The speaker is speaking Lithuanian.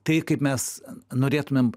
tai kaip mes norėtumėm